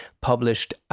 published